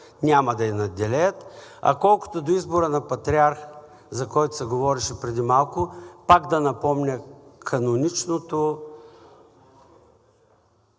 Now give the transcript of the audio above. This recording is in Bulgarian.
няма да ѝ надделеят! А колкото до избора на патриарх, за който се говореше преди малко, пак да напомня каноничното,